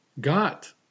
got